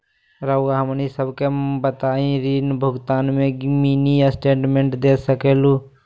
रहुआ हमनी सबके बताइं ऋण भुगतान में मिनी स्टेटमेंट दे सकेलू?